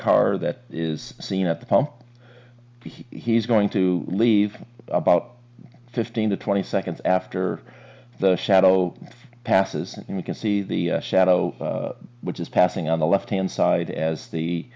car that is seen at the pump he's going to leave about fifteen to twenty seconds after the shadow passes and we can see the shadow which is passing on the left hand side as the